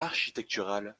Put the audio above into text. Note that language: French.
architecturale